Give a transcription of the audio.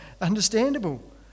Understandable